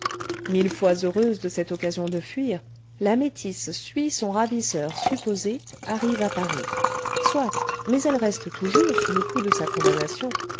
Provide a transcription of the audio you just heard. mille fois heureuse de cette occasion de fuir la métisse suit son ravisseur supposé arrive à paris soit mais elle reste toujours sous le coup de sa condamnation